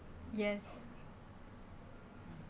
yes